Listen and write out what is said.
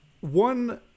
one